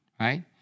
right